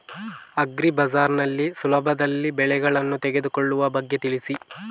agri bazaar ನಲ್ಲಿ ಸುಲಭದಲ್ಲಿ ಬೆಳೆಗಳನ್ನು ತೆಗೆದುಕೊಳ್ಳುವ ಬಗ್ಗೆ ತಿಳಿಸಿ